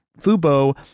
Fubo